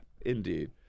Indeed